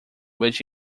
which